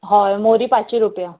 हय मोरी पांचशी रुपया